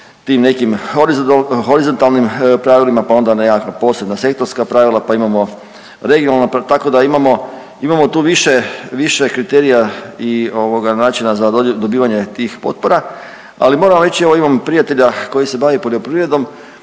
tim nekim horizontalnim pravilima, pa onda na nekakva posebna sektorska pravila pa imamo regionalna tako da imamo tu više kriterija i načina za dobivanje tih potpora. Ali moram vam reći evo imam prijatelja koji se bavi poljoprivredom